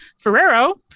Ferrero